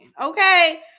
okay